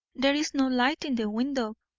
there is no light in the window,